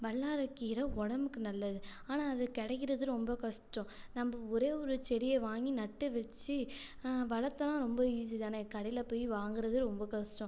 வல்லாரைக் கீரை உடம்புக்கு நல்லது ஆனால் அது கிடைக்கறது ரொம்ப கஷ்டம் நம்ம ஒரே ஒரு செடியை வாங்கி நட்டு வச்சு வளர்த்தா ரொம்ப ஈஸி தானே கடையில் போய் வாங்குறது ரொம்ப கஷ்டம்